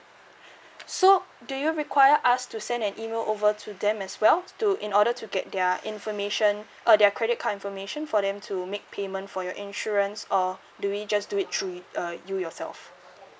so do you require us to send an email over to them as well to in order to get their information uh their credit card information for them to make payment for your insurance or do we just do it through it uh you yourself